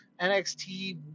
NXT